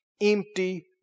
empty